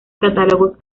catálogos